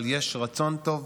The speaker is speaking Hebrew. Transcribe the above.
אבל יש רצון טוב,